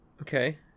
Okay